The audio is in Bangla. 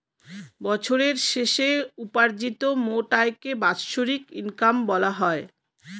বছরের শেষে উপার্জিত মোট আয়কে বাৎসরিক ইনকাম বলা হয়